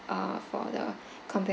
uh for the compli~